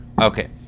Okay